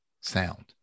sound